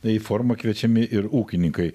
na į forumą kviečiami ir ūkininkai